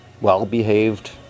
well-behaved